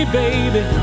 baby